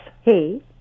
Hey